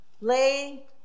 lay